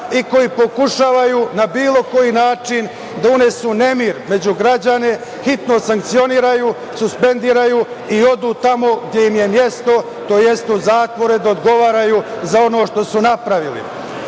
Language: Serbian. i koji pokušavaju na bilo koji način da unesu nemir među građane, hitno sankcionišu, suspenduju i odu tamo gde im je mesto, tj. u zatvore da odgovaraju za ono što su napravili. Niko